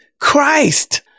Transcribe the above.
Christ